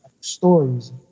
Stories